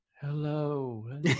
hello